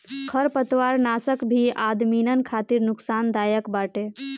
खरपतवारनाशक भी आदमिन खातिर नुकसानदायक बाटे